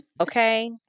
okay